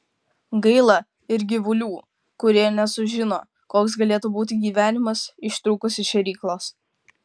gaila ir gyvulių kurie nesužino koks galėtų būti gyvenimas ištrūkus iš šėryklos